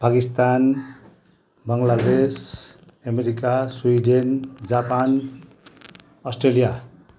Pakistan Bangladesh America Sweden Japan Australia